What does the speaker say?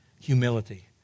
humility